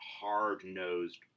hard-nosed